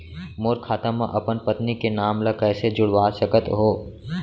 मोर खाता म अपन पत्नी के नाम ल कैसे जुड़वा सकत हो?